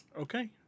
Okay